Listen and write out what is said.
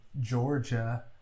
Georgia